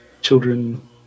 children